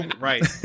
right